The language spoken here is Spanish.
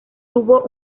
tuvo